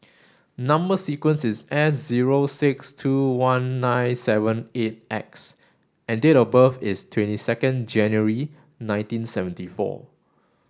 number sequence is S zero six two one nine seven eight X and date of birth is twenty second January nineteen seventy four